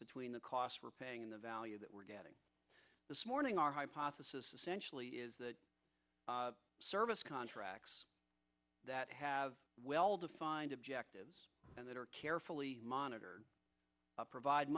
between the cost we're paying and the value that we're getting this morning our hypothesis essentially is that service contracts that have well defined objectives and that are carefully monitored provide